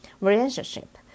Relationship